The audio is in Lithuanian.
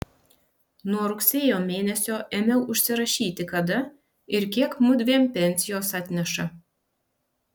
nuo rugsėjo mėnesio ėmiau užsirašyti kada ir kiek mudviem pensijos atneša